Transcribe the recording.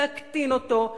להקטין אותו,